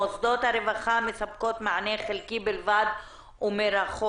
מוסדות הרווחה מספקים מענה חלקי בלבד ומרחוק.